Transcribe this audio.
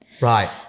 right